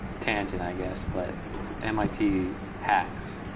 tangent, i guess, but mit hacks.